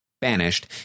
banished